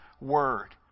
word